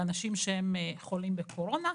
לאנשים שחולים בקורונה.